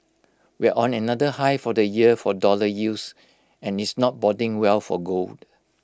we're on another high for the year for dollar yields and it's not boding well for gold